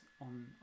on